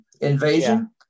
Invasion